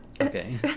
Okay